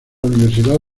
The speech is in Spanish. universidad